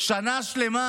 שנה שלמה.